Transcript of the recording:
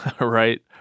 right